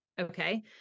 okay